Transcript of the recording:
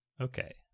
Okay